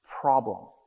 problem